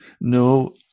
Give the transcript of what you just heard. No